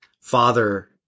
father